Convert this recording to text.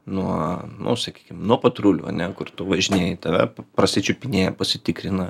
nuo nu sakykim nuo patrulių ane kur tu važinėji tave pasičiupinėja pasitikrina